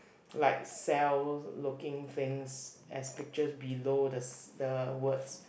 like cells looking things as pictures below the s~ the words